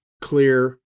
clear